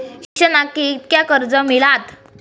शिक्षणाक कीतक्या कर्ज मिलात?